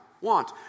want